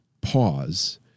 pause